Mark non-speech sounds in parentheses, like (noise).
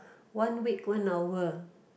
(breath) one week one hour